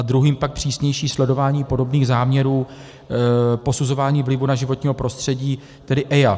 Druhým pak přísnější sledování podobných záměrů posuzování vlivu na životní prostředí, tedy EIA.